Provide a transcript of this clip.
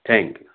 thank you